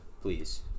please